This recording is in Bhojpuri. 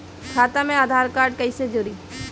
खाता मे आधार कार्ड कईसे जुड़ि?